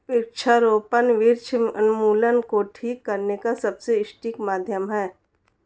वृक्षारोपण वृक्ष उन्मूलन को ठीक करने का सबसे सटीक माध्यम है